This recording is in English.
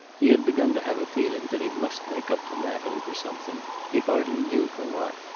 he had begun to have a feeling that he must make up to natalie for something he hardly knew for what.